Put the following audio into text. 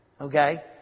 Okay